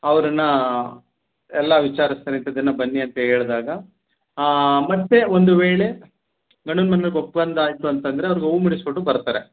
ಅವರನ್ನ ಎಲ್ಲ ವಿಚಾರಿಸ್ತಾರೆ ಇಂಥ ದಿನ ಬನ್ನಿ ಅಂತ ಹೇಳ್ದಾಗ ಮತ್ತು ಒಂದು ವೇಳೆ ಗಂಡನ ಮನೆಗೆ ಒಪ್ಪಂದಾಯಿತು ಅಂತಂದರೆ ಅವ್ರ್ಗೆ ಹೂ ಮುಡಿಸ್ಬಿಟ್ಟು ಬರ್ತಾರೆ